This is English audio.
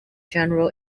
general